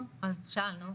אז שאלנו,